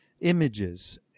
images